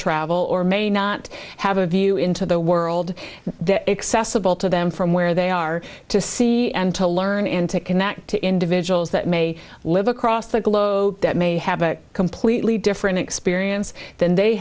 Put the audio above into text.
travel or may not have a view into the world accessible to them from where they are to see and to learn and to connect to individuals that may live across the globe that may have a completely different experience than they